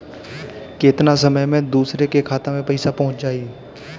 केतना समय मं दूसरे के खाता मे पईसा पहुंच जाई?